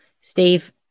Steve